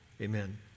Amen